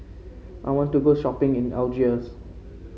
I want to go shopping in Algiers